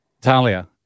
Talia